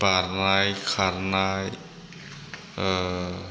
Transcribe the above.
बारनाय खारनाय